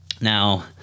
Now